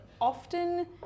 often